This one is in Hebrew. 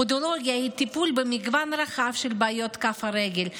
פודולוגיה היא טיפול במגוון רחב של בעיות כף הרגל,